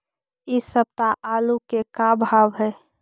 इ सप्ताह आलू के का भाव है?